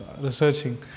researching